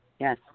Yes